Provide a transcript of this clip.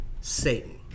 Satan